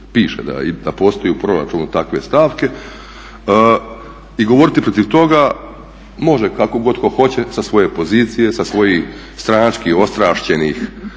da postoji u proračunu takve stavke, i govoriti protiv toga može kako god tko hoće sa svoje pozicije, sa svojih stranački ostrašćenih